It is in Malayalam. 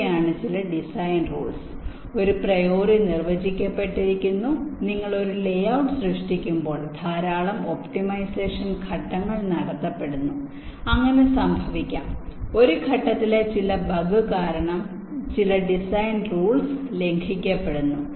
ഇവയാണ് ചില ഡിസൈൻ റൂൾസ് ഒരു പ്രിയോറി നിർവചിക്കപ്പെട്ടിരിക്കുന്നു നിങ്ങൾ ലേഔട്ട് സൃഷ്ടിക്കുമ്പോൾ ധാരാളം ഒപ്റ്റിമൈസേഷൻ ഘട്ടങ്ങൾ നടത്തപ്പെടുന്നു അങ്ങനെ സംഭവിക്കാം ഒരു ഘട്ടത്തിലെ ചില ബഗ് കാരണം ചില ഡിസൈൻ റൂൾസ് ലംഘിക്കപ്പെടുന്നു